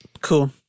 Cool